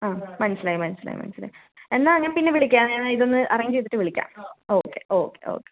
ആ മനസ്സിലായി മനസ്സിലായി മനസ്സിലായി എന്നാൽ ഞാൻ പിന്നെ വിളിക്കാം ഞാൻ എന്നാൽ ഇതൊന്ന് അറേഞ്ച് ചെയ്തിട്ട് വിളിക്കാം ഓക്കെ ഓക്കെ ഓക്കെ